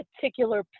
particular